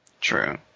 True